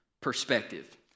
perspective